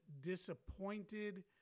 disappointed